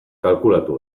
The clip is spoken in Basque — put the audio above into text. kalkulatu